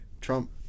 Trump